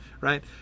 right